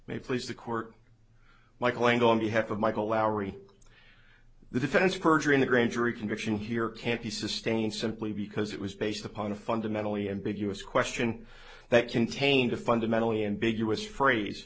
may please the court my client on behalf of michael lowery the defense of perjury in the grand jury conviction here can't be sustained simply because it was based upon a fundamentally ambiguous question that contained a fundamentally and big us phrase